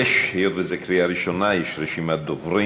היות שזו קריאה ראשונה, יש רשימת דוברים.